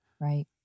Right